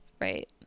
right